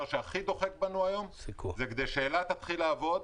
שהכי דוחק בנו היום זה שאילת תתחיל לעבוד.